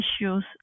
issues